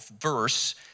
verse